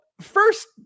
first